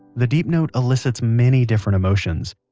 the deep note elicits many different emotions.